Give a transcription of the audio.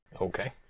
Okay